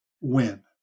win